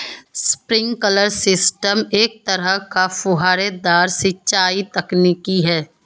sprinkler system एक तरह का फुहारेदार सिंचाई तकनीक है